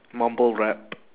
mumble rap